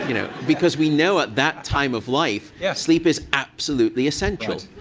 you know because we know at that time of life, yeah sleep is absolutely essential.